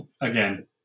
again